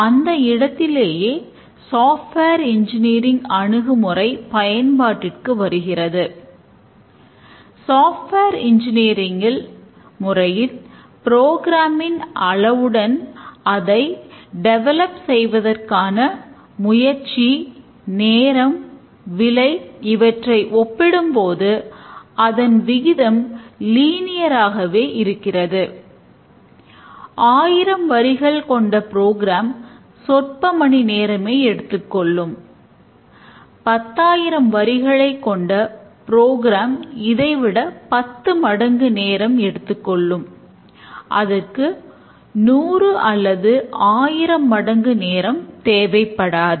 அந்த இடத்திலே software engineering இதை விட பத்து மடங்கு நேரம் எடுத்துக் கொள்ளும் அதற்கு நூறு அல்லது ஆயிரம் மடங்கு நேரம் தேவைப்படாது